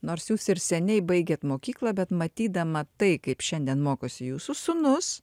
nors jūs ir seniai baigėt mokyklą bet matydama tai kaip šiandien mokosi jūsų sūnus